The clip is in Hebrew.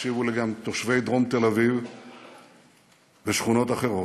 תקשיבו לי גם תושבי דרום תל אביב ושכונות אחרות: